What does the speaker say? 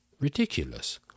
Ridiculous